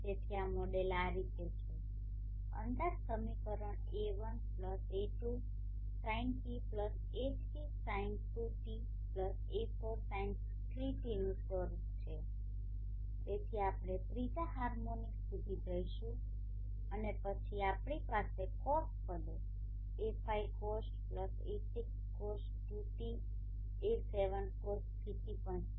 તેથી આ મોડેલ આ રીતે છે અંદાજ સમીકરણ A1A2sinτA3sin2τA4sin3τ સ્વરૂપનુ છે તેથી આપણે ત્રીજા હાર્મોનિક સુધી જઈશું અને પછી આપણી પાસે cos પદો A5cosτA6cos2τA7cos3τ પણ છે